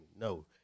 No